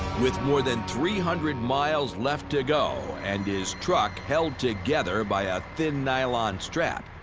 with more than three hundred miles left to go and his truck held together by a thin nylon strap,